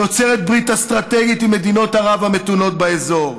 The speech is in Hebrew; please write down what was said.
יוצרת ברית אסטרטגית עם מדינות ערב המתונות באזור,